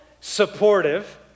supportive